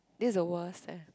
this the worst eh